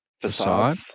Facade